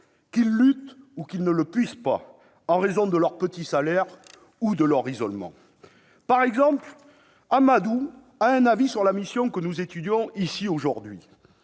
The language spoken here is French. qu'ils luttent ou qu'ils ne le puissent pas, en raison de leurs petits salaires ou de leur isolement. Par exemple, Amadou a un avis sur la mission que nous examinons aujourd'hui